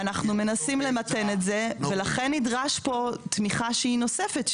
אנחנו מנסים למתן את זה ולכן נדרש פה תמיכה שהיא נוספת,